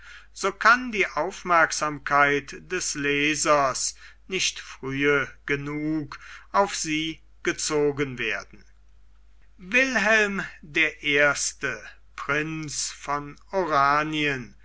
so kann die aufmerksamkeit des lesers nicht frühe genug auf sie gezogen werden wilhelm der erste prinz von oranien